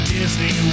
Disney